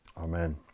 Amen